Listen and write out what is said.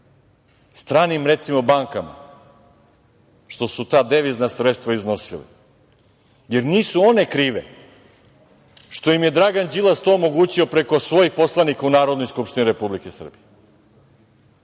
stranim, recimo, bankama što su ta devizna sredstva iznosili jer nisu one krive što im je Dragan Đilas to omogućio preko svojih poslanika u Narodnoj skupštini Republike Srbije.